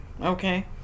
Okay